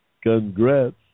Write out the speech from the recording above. Congrats